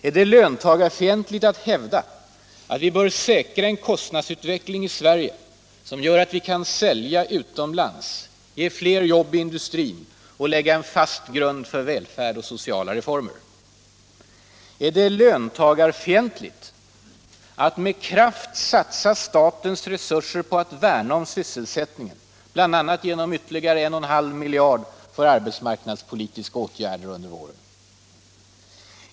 Är det löntagarfientligt att hävda att vi bör säkra en kostnadsutveckling i Sverige som gör att vi kan sälja utomlands, ge flera jobb i industrin och lägga en fast grund för välfärd och sociala reformer? Är det löntagarfientligt att med kraft satsa statens resurser på att värna om sysselsättningen, bl.a. genom ytterligare 1,5 miljarder kronor för arbetsmarknadspolitiska åtgärder under våren?